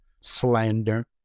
slander